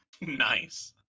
Nice